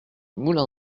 moulin